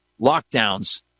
lockdowns